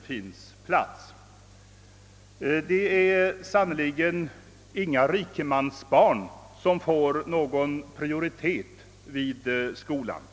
Och det är sannerligen inga rikemansbarn som blir prioriterade vid skolan.